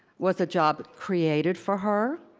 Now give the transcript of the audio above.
was a job created for her?